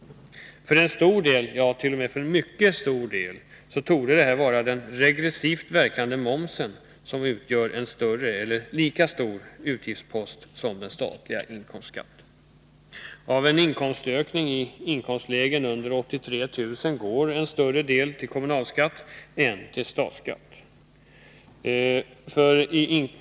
För en stor del, ja t.o.m. för en mycket stor del, torde det vara den regressivt verkande momsen som utgör en större eller lika stor utgiftspost som den statliga inkomstskatten. Av en inkomstökning i inkomstlägen under 83 000 kr. går en större del till kommunalskatt än till statsskatt.